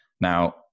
Now